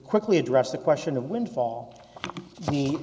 quickly address the question of windfall